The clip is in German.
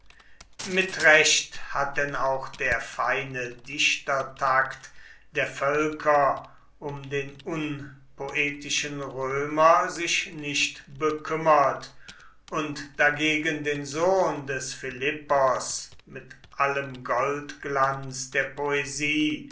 mit recht hat denn auch der feine dichtertakt der völker um den unpoetischen römer sich nicht bekümmert und dagegen den sohn des philippos mit allem goldglanz der poesie